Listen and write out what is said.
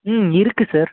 ம் இருக்குது சார்